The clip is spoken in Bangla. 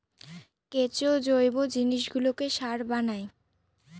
কেঁচো জৈব জিনিসগুলোকে সার বানায়